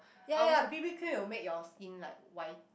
ya ya b_b-cream will make your skin like white